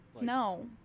No